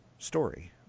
story